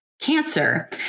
cancer